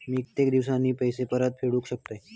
मी कीतक्या दिवसांनी पैसे परत फेडुक शकतय?